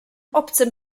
obcym